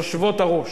היושבות-ראש,